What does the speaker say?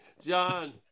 John